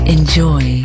Enjoy